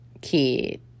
kid